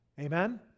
Amen